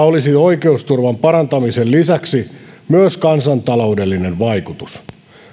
olisi oikeusturvan parantamisen lisäksi myös kansantaloudellinen vaikutus